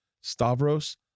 Stavros